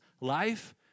Life